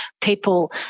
people